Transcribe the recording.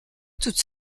toutes